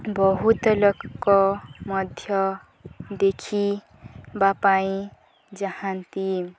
ବହୁତ ଲୋକ ମଧ୍ୟ ଦେଖବା ପାଇଁ ଯାଆନ୍ତି